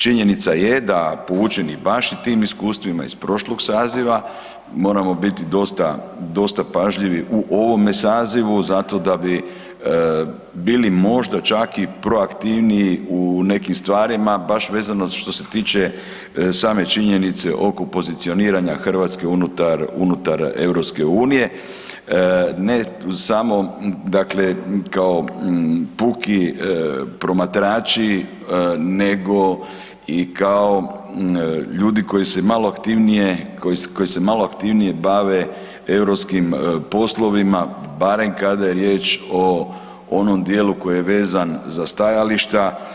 Činjenica je da poučni baš tim iskustvima iz prošlog saziva moramo biti dosta pažljivi u ovome sazivu zato da bi bili možda čak i proaktivniji u nekim stvarima baš vezano što se tiče same činjenice oko pozicioniranja Hrvatske unutar EU, ne samo dakle kao puki promatrači nego i kao ljudi koji se malo aktivnije bave europskim poslovima, barem kada je riječ o onom dijelu koji je vezan za stajališta.